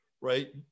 right